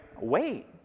wait